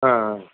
ஆ